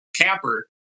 camper